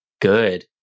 good